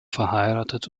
verheiratet